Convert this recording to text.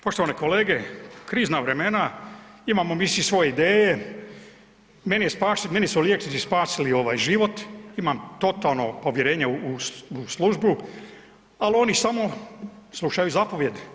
Poštovane kolege i krizna vremena imamo mi svi svoje ideje, meni su liječnici spasili ovaj život imam totalno povjerenje u službu, ali oni samo slušaju zapovijedi.